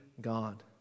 God